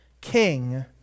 king